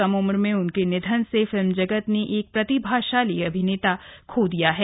कम उम्र में उनके निधन से फिल्म जगत ने एक प्रतिभाशाली अभिनेता को खो दिया है